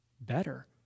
better